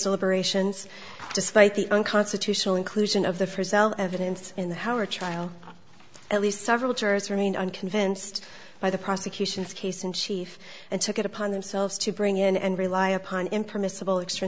deliberations despite the unconstitutional inclusion of the first cell evidence in the howard trial at least several jurors remain unconvinced by the prosecution's case in chief and took it upon themselves to bring in and rely upon impermissible extr